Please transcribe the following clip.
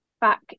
back